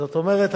זאת אומרת,